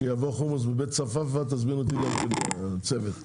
כשיבוא חומוס לבית צפאפא תזמין גם אותי לצוות,